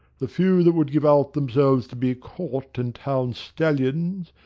the few that would give out themselves to be court and town-stallions,